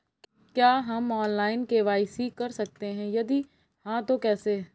क्या हम online KYC कर सकते हैं यदि हाँ तो कैसे?